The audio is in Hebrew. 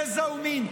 גזע ומין.